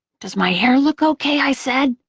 does my hair look okay? i said.